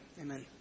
Amen